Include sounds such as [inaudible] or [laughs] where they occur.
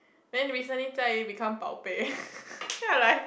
then recently Jia-Yi become baobei [laughs] then I like